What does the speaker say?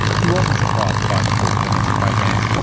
he wasn't surprised by the four corners program.